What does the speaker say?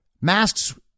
masks